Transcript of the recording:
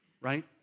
right